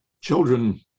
children